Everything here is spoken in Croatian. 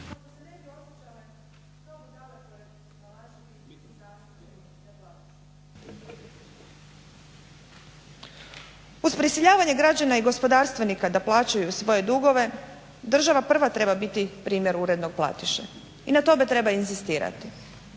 uz prisiljavanje građana i gospodarstvenika da plaćaju svoje dugove država prva treba biti primjer urednog platiše i na tome treba inzistirati.